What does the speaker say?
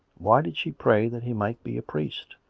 why did she pray that he might be a priest?